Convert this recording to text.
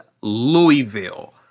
Louisville